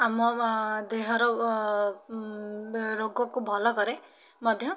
ଆମ ଦେହର ରୋଗକୁ ଭଲ କରେ ମଧ୍ୟ